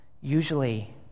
usually